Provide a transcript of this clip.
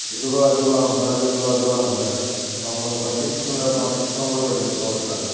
ఇదిగో అదిగో అంటున్నారు ఇదిగో అదుగో అంటున్నారు మమ్మల్ని పట్టించుకున్న పట్టించుకోను కూడా పట్టించుకోవడంలేదు